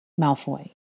Malfoy